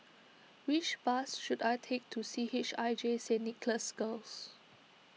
which bus should I take to C H I J Saint Nicholas Girls